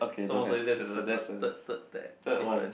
so most probably that's the third third difference